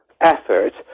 effort